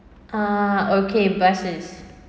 ah okay buses